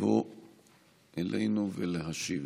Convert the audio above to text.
לבוא ולהשיב.